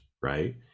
Right